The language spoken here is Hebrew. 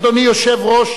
אדוני יושב-ראש